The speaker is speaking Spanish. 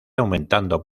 aumentando